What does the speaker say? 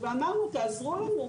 ואמרנו תעזרו לנו.